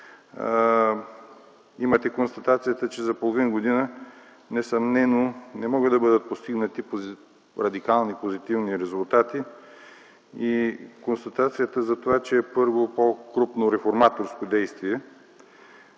имате констатацията, че за половин година несъмнено не могат да бъдат постигнати радикални позитивни резултати и констатацията за това, за по-крупно реформаторско действие.